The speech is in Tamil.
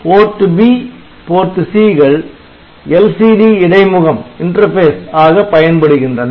PORT B PORT C கள் LCD இடைமுகம் ஆக பயன்படுகின்றன